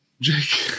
Jake